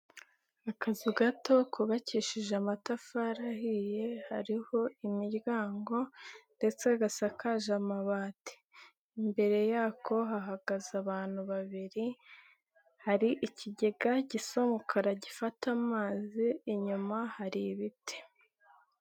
Akazu gato kubabakishije amatafari ahiye, hariho imiryango ndetse gasakaje amabati, imbere yako hahagaze abantu babiri, hari ikigega gisa umukara gifata amazi, inyuma hari ibiti.